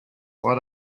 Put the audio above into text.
what